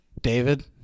David